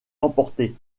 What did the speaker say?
emporter